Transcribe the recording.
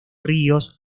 ríos